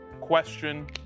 question